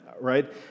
right